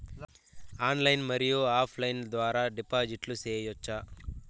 Online మరియు offline ద్వారా డిపాజిట్లు సేయొచ్చా?